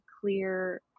clear